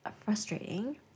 frustrating